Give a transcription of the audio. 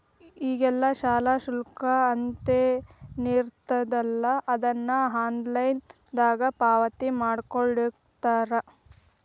ಈಗೆಲ್ಲಾ ಶಾಲಾ ಶುಲ್ಕ ಅಂತೇನಿರ್ತದಲಾ ಅದನ್ನ ಆನ್ಲೈನ್ ದಾಗ ಪಾವತಿಮಾಡ್ಕೊಳ್ಳಿಖತ್ತಾರ